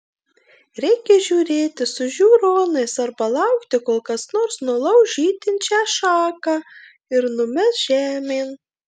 reikia žiūrėti su žiūronais arba laukti kol kas nors nulauš žydinčią šaką ir numes žemėn